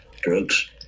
drugs